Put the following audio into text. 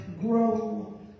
grow